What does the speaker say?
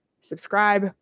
Subscribe